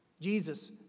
Jesus